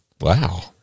Wow